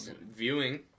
viewing